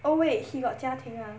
oh wait he got 家庭 ah